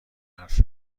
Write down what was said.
حرف